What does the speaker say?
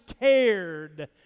cared